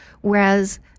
whereas